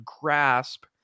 grasp